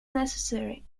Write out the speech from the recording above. necessary